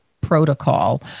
protocol